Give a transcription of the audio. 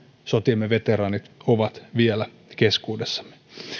sotiemme veteraanit ovat vielä keskuudessamme